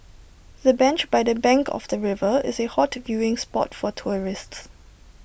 the bench by the bank of the river is A hot viewing spot for tourists